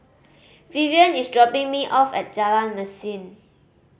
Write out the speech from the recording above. Vivien is dropping me off at Jalan Mesin